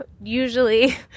usually